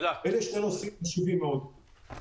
אלה שני נושאים חשובים מאוד,